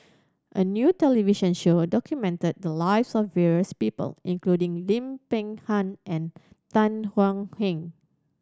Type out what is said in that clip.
a new television show documented the lives of various people including Lim Peng Han and Tan Thuan Heng